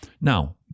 Now